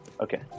Okay